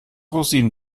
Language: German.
rosinen